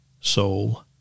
soul